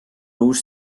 uus